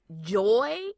joy